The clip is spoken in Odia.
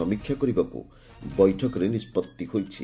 ସମୀକ୍ଷା କରିବାକୁ ବୈଠକରେ ନିଷ୍ପଭି ହୋଇଛି